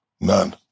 None